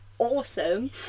Awesome